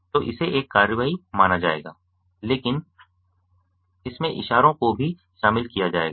तो इसे एक कार्रवाई माना जाएगा लेकिन इसमें इशारों को भी शामिल किया जाएगा